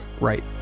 right